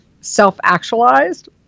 self-actualized